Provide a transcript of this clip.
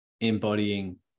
embodying